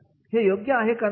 हे योग्य आहे का नाही